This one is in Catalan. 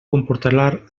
comportarà